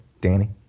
Danny